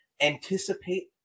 Anticipate